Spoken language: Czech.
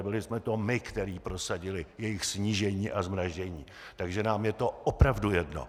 Byli jsme to my, kteří prosadili jejich snížení a zmrazení, takže nám je to opravdu jedno!